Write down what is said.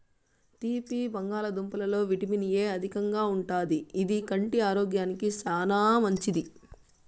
తీపి బంగాళదుంపలలో vitamin A అధికంగా ఉంటాది, ఇది కంటి ఆరోగ్యానికి చానా మంచిది